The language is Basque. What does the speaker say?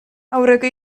aurreko